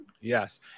Yes